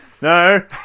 No